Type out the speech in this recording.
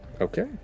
Okay